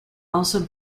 also